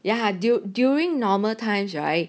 yeah du~ during normal times right